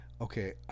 okay